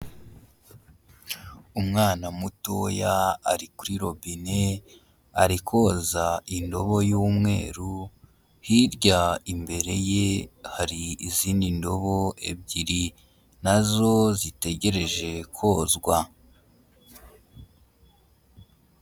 Umwana mutoya ari kuri robine, ari koza indobo y'umweru, hirya imbere ye, hari izindi ndobo ebyiri. Na zo zitegereje kozwa.